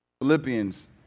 Philippians